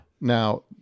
now